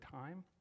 time